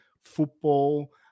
football